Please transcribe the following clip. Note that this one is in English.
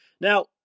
Now